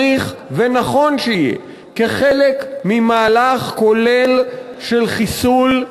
צריך ונכון שיהיה כחלק ממהלך כולל של חיסול,